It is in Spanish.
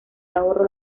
ahorro